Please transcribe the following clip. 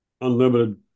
unlimited